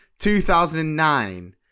2009